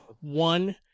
one